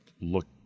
look